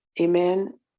Amen